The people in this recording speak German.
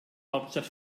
hauptstadt